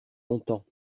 longtemps